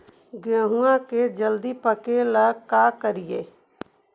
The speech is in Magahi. गेहूं के जल्दी पके ल का करियै?